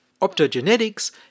Optogenetics